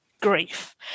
grief